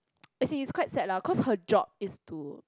as in it's quite sad lah cause her job is to